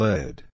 Lead